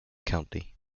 county